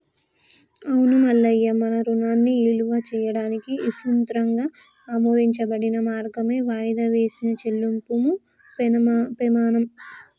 అవును మల్లయ్య మన రుణాన్ని ఇలువ చేయడానికి ఇసృతంగా ఆమోదించబడిన మార్గమే వాయిదా వేసిన చెల్లింపుము పెమాణం